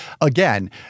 Again